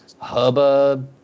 hubba